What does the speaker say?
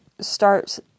starts